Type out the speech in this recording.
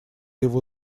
его